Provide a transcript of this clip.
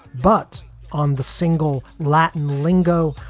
but on the single latin lingo,